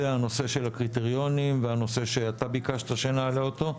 הנושא של הקריטריונים והנושא שאתה ביקשת שנעלה אותו.